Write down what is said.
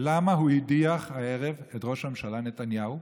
למה הוא הדיח הערב את ראש הממשלה נתניהו,